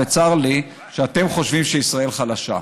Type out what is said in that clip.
וצר לי שאתם חושבים שישראל חלשה.